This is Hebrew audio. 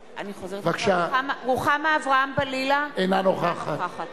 בעד רוחמה אברהם-בלילא, אינה נוכחת